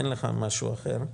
אין לך משהו אחר,